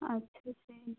ਅੱਛਾ ਜੀ